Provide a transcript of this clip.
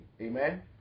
Amen